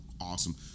awesome